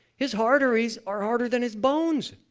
his arteries are harder than his bones!